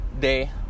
day